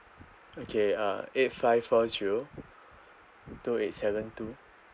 okay uh eight five four zero two eight seven two